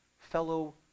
fellow